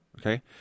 Okay